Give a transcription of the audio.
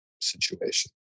situation